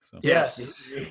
Yes